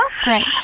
Great